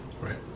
Right